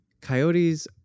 coyotes